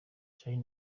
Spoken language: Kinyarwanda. charly